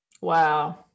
Wow